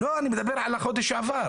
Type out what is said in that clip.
לא, אני מדבר על החודש שעבר.